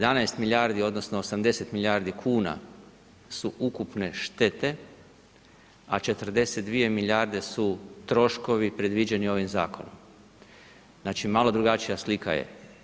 11 milijardi odnosno 80 milijardi kuna su ukupne štete, a 42 milijarde su troškovi predviđeni ovim zakonom, znači malo drugačija slika je.